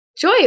Joy